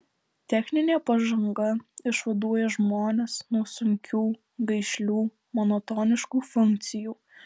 techninė pažanga išvaduoja žmones nuo sunkių gaišlių monotoniškų funkcijų